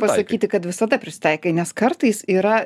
pasakyti kad visada prisitaikai nes kartais yra